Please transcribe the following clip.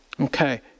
Okay